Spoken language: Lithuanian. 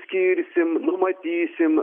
skirsim numatysim